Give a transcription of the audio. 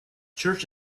church